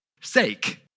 sake